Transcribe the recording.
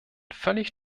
völlig